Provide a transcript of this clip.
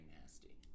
nasty